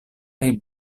kaj